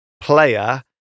player